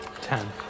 Ten